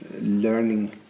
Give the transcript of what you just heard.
learning